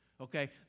Okay